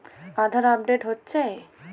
আধার update হচ্ছে?